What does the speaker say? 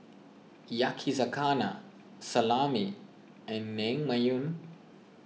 Yakizakana Salami and Naengmyeon